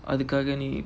அதுக்காக நீ:athukaaga nee